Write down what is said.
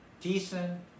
decent